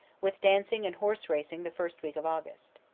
with dancing and horse-racing the first week of august.